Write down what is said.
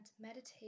meditate